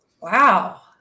Wow